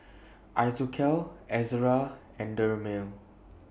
Isocal Ezerra and Dermale